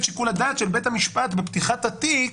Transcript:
שיקול הדעת של בית המשפט בפתיחת התיק